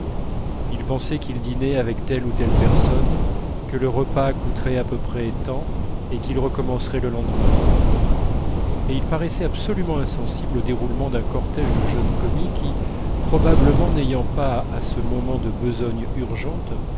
ou telle personne que le repas coûterait à peu près tant et qu'ils recommenceraient le lendemain et ils paraissaient absolument insensibles au déroulement d'un cortège de jeunes commis qui probablement n'ayant pas à ce moment de besogne urgente